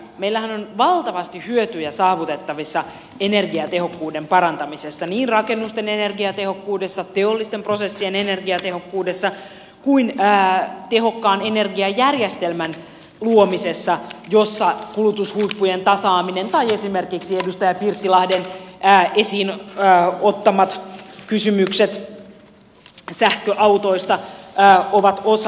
meillähän on valtavasti hyötyjä saavutettavissa energiatehokkuuden parantamisessa niin rakennusten energiatehokkuudessa teollisten prosessien energiatehokkuudessa kuin tehokkaan energiajärjestelmän luomisessa jossa kulutushuippujen tasaaminen tai esimerkiksi edustaja pirttilahden esiin ottamat kysymykset sähköautoista ovat osa ratkaisua